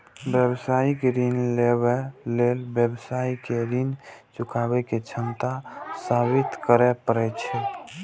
व्यावसायिक ऋण लेबय लेल व्यवसायी कें ऋण चुकाबै के क्षमता साबित करय पड़ै छै